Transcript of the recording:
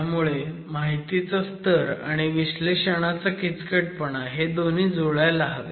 त्यामुळे माहितीचा स्तर आणि विश्लेषणाचा किचकटपणा हे दोन्ही जुळायला हवे